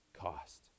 cost